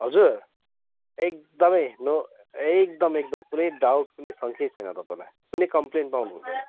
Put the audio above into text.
हजुर एकदमै नो एकदम एकदम कुनै डाउट छैन कुनै सङ्केत छैन अब बोला कुनै कम्प्लेन पाउनुहुँदैन